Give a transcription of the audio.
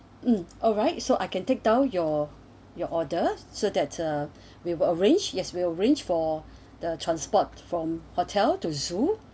mm alright so I can take down your your order so that uh we will arrange yes will arrange for the transport from hotel to zoo